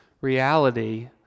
reality